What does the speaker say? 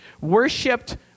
worshipped